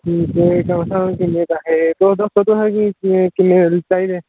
केह् दस्सां किन्ने पैहै तुस दस्सो तुसेंगी किन्ने चाहिदे